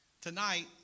tonight